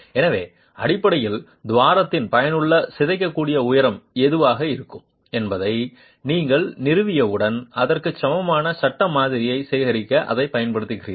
எனவே அடிப்படையில் துவாரத்தின் பயனுள்ள சிதைக்கக்கூடிய உயரம் எதுவாக இருக்கும் என்பதை நீங்கள் நிறுவியவுடன் அதற்குச் சமமான சட்ட மாதிரியை சேகரிக்க அதைப் பயன்படுத்துகிறீர்கள்